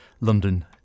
London